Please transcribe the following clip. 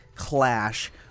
clash